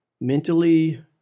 mentally